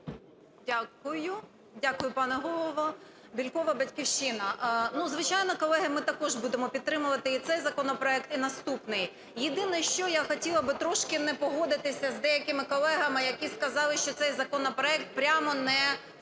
Дякую. Дякую, пане Голово. Бєлькова, "Батьківщина". Ну, звичайно, колеги, ми також будемо підтримувати і цей законопроект, і наступний. Єдине, що я хотіла би трошки не погодитися з деякими колегами, які сказали, що цей законопроект прямо не